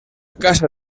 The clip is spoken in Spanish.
casa